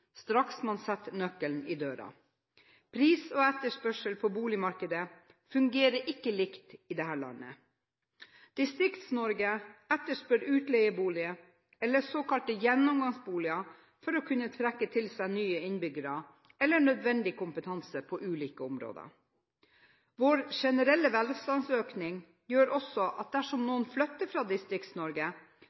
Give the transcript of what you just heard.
straks en setter nøkkelen i døra. Pris og etterspørsel på boligmarkedet fungerer ikke likt i dette landet. Distrikts-Norge etterspør utleieboliger eller såkalte gjennomgangsboliger for å kunne trekke til seg nye innbyggere, eller nødvendig kompetanse på ulike områder. Vår generelle velstandsøkning gjør også at dersom noen flytter fra